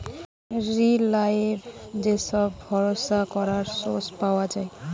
reliable যে সব ভরসা করা সোর্স পাওয়া যায়